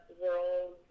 world